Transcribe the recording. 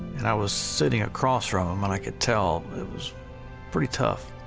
and i was sitting across from them, and i could tell it was pretty tough.